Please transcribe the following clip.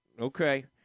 Okay